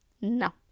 no